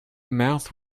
mouth